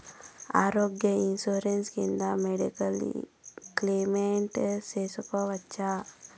ఆరోగ్య ఇన్సూరెన్సు కింద medical claim సేసుకోవచ్చా?